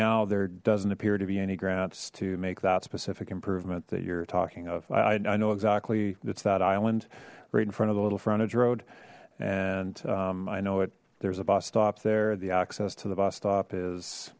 now there doesn't appear to be any grants to make that specific improvement that you're talking of i know exactly it's that island right in front of the little frontage road and i know it there's a bus stop there the access to the bus stop is